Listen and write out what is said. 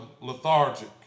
lethargic